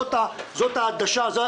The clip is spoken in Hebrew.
זאת העדשה המכאיבה,